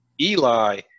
Eli